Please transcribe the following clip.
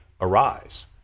arise